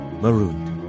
marooned